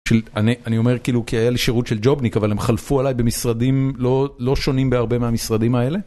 אני אומר כאילו כי היה לי שירות של ג'ובניק אבל הם חלפו עליי במשרדים לא שונים בהרבה מהמשרדים האלה.